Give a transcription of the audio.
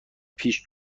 پیش